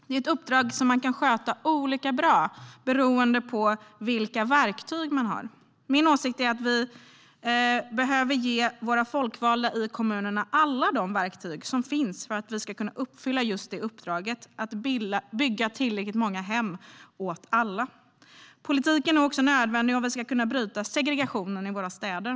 Det är ett uppdrag som man kan sköta olika bra beroende på vilka verktyg man har. Min åsikt är att vi behöver ge våra folkvalda i kommunerna alla de verktyg som finns för att de ska kunna uppfylla just det uppdraget: att bygga tillräckligt många hem åt alla. Politiken är också nödvändig om vi ska kunna bryta segregationen i våra städer.